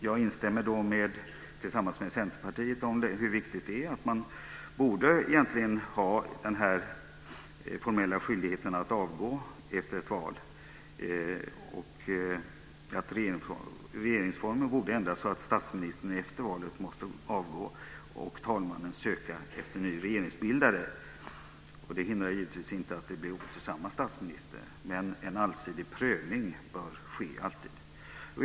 Jag instämmer då med Centerpartiet i hur viktigt det är att regeringen borde ha en formell skyldighet att avgå efter ett val. Regeringsformen borde ändras så att statsministern efter valet måste avgå och talmannen söka efter ny regeringsbildare. Det hindrar givetvis inte att det blir samma statsminister, men en allsidig prövning bör alltid ske.